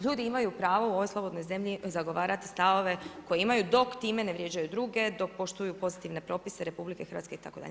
Ljudi imaju pravo u ovoj slobodnoj zemlji zagovarati stavove koji imaju dok time ne vrijeđaju druge, dok poštuju pozitivne propise RH itd.